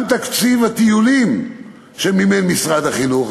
גם תקציב הטיולים שמימן משרד החינוך,